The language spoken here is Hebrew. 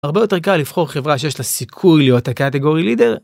הרבה יותר קל לבחור חברה שיש לה סיכוי להיות הקטגורי לידר.